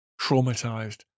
traumatized